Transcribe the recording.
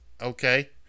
okay